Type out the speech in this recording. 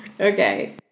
Okay